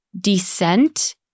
descent